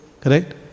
correct